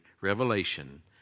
revelation